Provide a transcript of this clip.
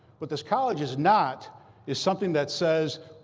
what this college is not is something that says,